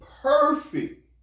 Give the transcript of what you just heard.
perfect